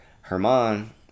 Herman